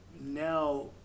now